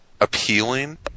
appealing